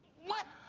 what?